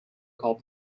called